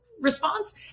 response